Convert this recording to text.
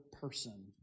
person